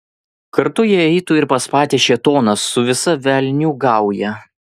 kartu jie eitų ir pas patį šėtoną su visa velnių gauja